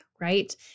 right